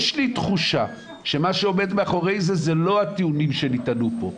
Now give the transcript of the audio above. יש לי תחושה שמה שעומד מאחרי זה אלה לא הטיעונים שנטענו פה,